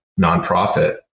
nonprofit